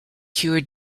cure